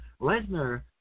Lesnar